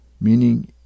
meaning